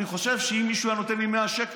אני חושב שאם מישהו היה נותן לי 100 שקל,